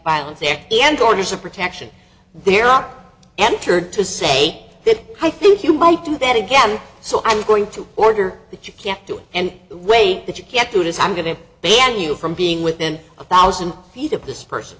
violence there and orders of protection there are entered to say that i think you might do that again so i'm going to order that you can't do it and the way that you can't do it is i'm going to ban you from being within a thousand feet of this person